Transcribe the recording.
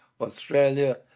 Australia